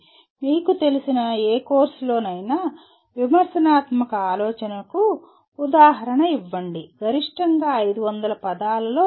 మీకు తెలిసిన ఏ కోర్సుల్లోనైనా విమర్శనాత్మక ఆలోచనకు ఉదాహరణ ఇవ్వండి గరిష్టంగా 500 పదాల లో ఇవ్వండి